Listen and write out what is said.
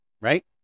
right